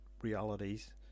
realities